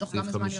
בתוך כמה זמן?